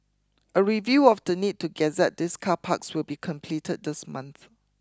a review of the need to gazette these car parks will be completed this month